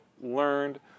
learned